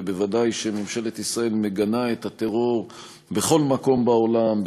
ודאי שממשלת ישראל מגנה את הטרור בכל מקום בעולם,